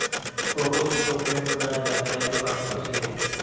cocoa से chocolate बनाया जाता है जो काफी प्रसिद्ध है